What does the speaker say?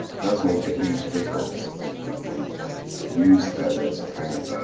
does make a huge difference if you can use that as kind of